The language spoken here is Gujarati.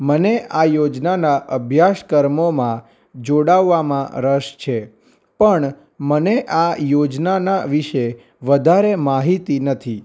મને આ યોજનાના અભ્યાસક્રમોના જોડાવવામાં રસ છે પણ મને આ યોજનાના વિશે વધારે માહિતી નથી